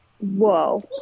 whoa